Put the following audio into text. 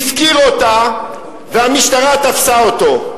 הפקיר אותה והמשטרה תפסה אותו.